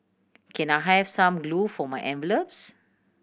can I have some glue for my envelopes